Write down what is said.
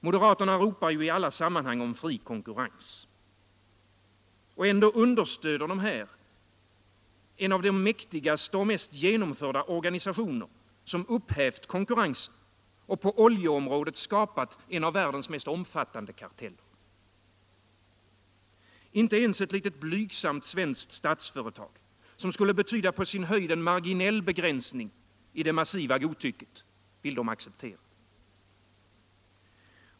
Moderaterna ropar ju i alla sammanhang om fri konkurrens. Och här understöder moderaterna en av de mäktigaste och mest genomförda organisationer som upphävt konkurrensen och som på oljeområdet skapat en av världens mest omfattande karteller. Inte ens ett litet blygsamt svenskt statsföretag, som skulle betyda på sin höjd en marginell begränsning i det massiva godtycket, vill de acceptera.